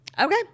Okay